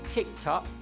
TikTok